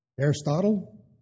Aristotle